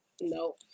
No